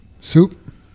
Soup